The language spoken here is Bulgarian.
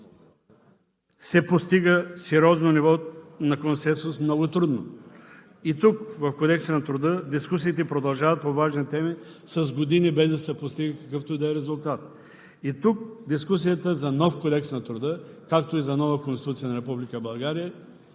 се постига сериозно ниво на консенсус много трудно. И тук, в Кодекса на труда, дискусиите продължават по важни теми с години, без да се постига какъвто и да е резултат. И тук дискусията за нов Кодекс на труда, както и за нова Конституция на Република България,